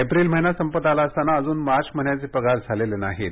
April महिना संपत आला असतांना अजून मार्च महिन्याचे पगार झालेले नाहीत